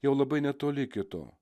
jau labai netoli iki to